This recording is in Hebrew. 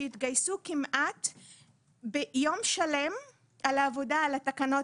שבו התגייסו יום שלם לעבודה על התקנות,